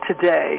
today